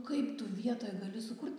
kaip tu vietoj gali sukurt